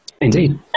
Indeed